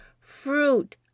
fruit